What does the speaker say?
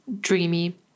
dreamy